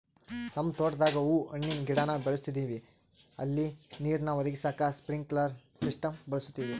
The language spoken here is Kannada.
ನಮ್ ತೋಟುದಾಗ ಹೂವು ಹಣ್ಣಿನ್ ಗಿಡಾನ ಬೆಳುಸ್ತದಿವಿ ಅಲ್ಲಿ ನೀರ್ನ ಒದಗಿಸಾಕ ಸ್ಪ್ರಿನ್ಕ್ಲೆರ್ ಸಿಸ್ಟಮ್ನ ಬಳುಸ್ತೀವಿ